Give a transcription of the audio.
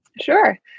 Sure